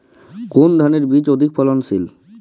কোন ধানের বীজ অধিক ফলনশীল?